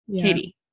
Katie